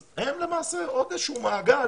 הם למעשה עוד איזשהו מעגל